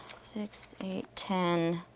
six, eight, ten,